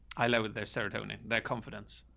i love what their serotonin, that confidence.